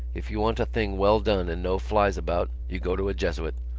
if you want a thing well done and no flies about, you go to a jesuit.